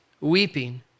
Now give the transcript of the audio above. weeping